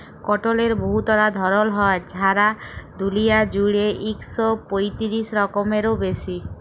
কটলের বহুতলা ধরল হ্যয়, ছারা দুলিয়া জুইড়ে ইক শ পঁয়তিরিশ রকমেরও বেশি